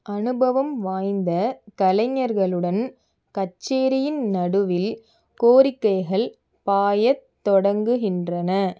அனுபவம் வாய்ந்த கலைஞர்களுடன் கச்சேரியின் நடுவில் கோரிக்கைகள் பாயத் தொடங்குகின்றன